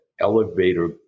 elevator